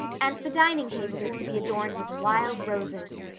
and the dining table is to be adorned with wild roses.